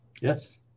Yes